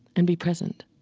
and be present